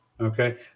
Okay